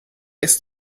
ist